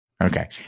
Okay